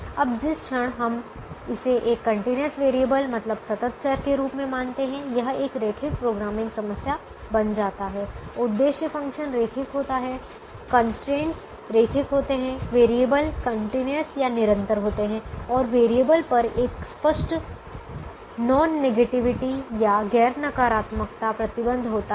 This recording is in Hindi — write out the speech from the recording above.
अब जिस क्षण हम इसे एक कंटीन्यूअस वेरिएबल मतलब सतत चर के रूप में मानते हैं यह एक रैखिक प्रोग्रामिंग समस्या बन जाता है उद्देश्य फ़ंक्शन रैखिक होता है कंस्ट्रेंटस रैखिक होते हैं वेरिएबल कंटीन्यूअस या निरंतर होते हैं और वेरिएबल पर एक स्पष्ट नॉन नेगेटिविटी या गैर नकारात्मकता प्रतिबंध होता है